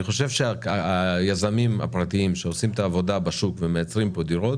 אני חושב שהיזמים הפרטיים שעושים את העבודה בשוק ומייצרים פה דירות